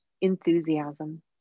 enthusiasm